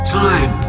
time